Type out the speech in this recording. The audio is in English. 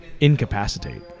incapacitate